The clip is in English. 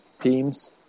teams